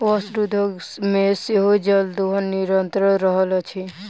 वस्त्र उद्योग मे सेहो जल दोहन निरंतन भ रहल अछि